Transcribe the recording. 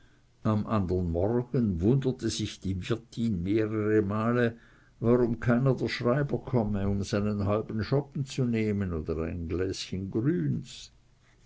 am andern morgen wunderte sich die wirtin mehrere male warum keiner der schreiber komme um seinen halben schoppen zu nehmen oder sein gläschen grüns